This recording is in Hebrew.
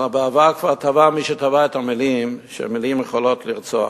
אבל בעבר כבר טבע מי שטבע את המלים: מלים יכולות לרצוח.